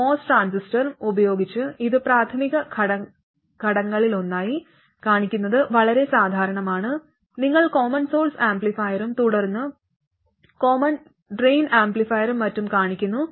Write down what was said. ഒരു MOS transistor ഉപയോഗിച്ച് ഇത് പ്രാഥമിക ഘട്ടങ്ങളിലൊന്നായി കാണിക്കുന്നത് വളരെ സാധാരണമാണ് നിങ്ങൾ കോമൺ സോഴ്സ് ആംപ്ലിഫയറും തുടർന്ന് കോമൺ ഡ്രെയിൻ ആംപ്ലിഫയറും മറ്റും കാണിക്കുന്നു